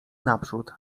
naprzód